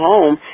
Home